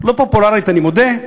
לא פופולרית, אני מודה,